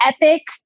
epic